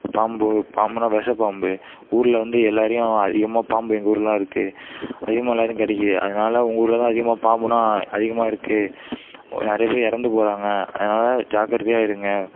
பாம்பு பாம்புனால் விஷ பாம்பு ஊரில் வந்து எல்லோரையும் அதிகமாக பாம்பு எங்கள் ஊர்லெலாம் இருக்குது அதிகமாக எல்லோரையும் கடிக்குது அதனால உங்கள் ஊரில் தான் அதிகமாக பாம்புனால் அதிகமாக இருக்குது நிறைய பேர் இறந்து போகிறாங்க அதனால ஜாக்கிரதையா இருங்க